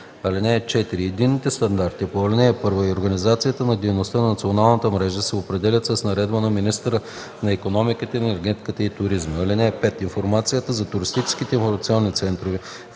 Единните стандарти по ал. 1 и организацията на дейността на националната мрежа се определят с наредба на министъра на икономиката, енергетиката и туризма.